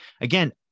again